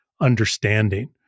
understanding